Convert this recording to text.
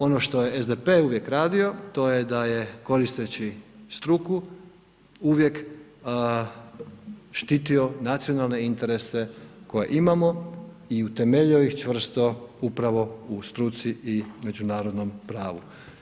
Ono što je SDP uvijek radio to je da je koristeći struku uvijek štitio nacionalne interese koje imamo i utemeljio ih čvrsto upravo u struci i međunarodnom pravu.